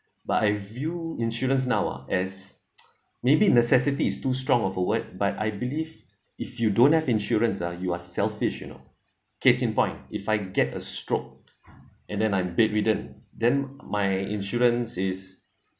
but I view insurance now ah as maybe necessities is too strong of a word but I believe if you don't have insurance ah you are selfish you know case in point if I get a stroke and then I'm bedridden then my insurance is